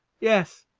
yes,